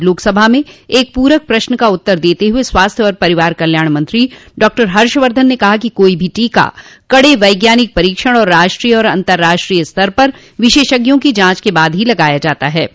आज लोकसभा में एक पूरक प्रश्न का उत्तर देते हुए स्वास्थ्य और परिवार कल्याण मंत्री डॉक्टर हर्षवर्धन ने कहा कि कोई भी टीका कडे वैज्ञानिक परीक्षण और राष्ट्रीय और अंतर्राष्ट्रीय स्तर पर विशेषज्ञों की जांच के बाद ही लगाया जाता है